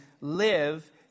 live